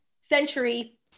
century